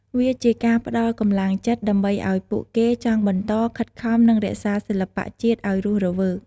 វាជាការផ្តល់កម្លាំងចិត្ត ដើម្បីឲ្យពួកគេចង់បន្ត ខិតខំ និងរក្សាសិល្បៈជាតិអោយរស់រវើក។